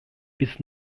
bis